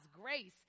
grace